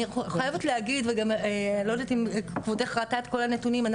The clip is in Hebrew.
אני חייבת להגיד ואני גם לא יודעת אם כבודך ראתה את כל הנתונים,